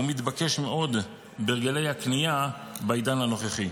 הוא מתבקש מאוד בהרגלי הקנייה בעידן הנוכחי.